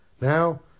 Now